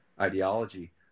ideology